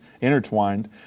intertwined